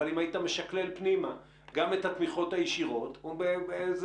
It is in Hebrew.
אבל אם היית משקלל פנימה גם את התמיכות הישירות זה